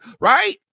right